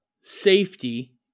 safety